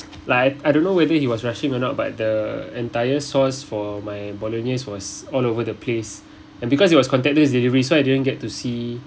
like I I don't know whether he was rushing or not but the entire sauce for my bolognese was all over the place and because it was contactless delivery so I didn't get to see